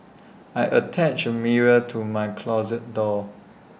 I attached A mirror to my closet door